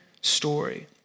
story